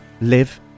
live